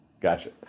Gotcha